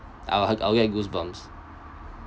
I'll get I'll get goosebumps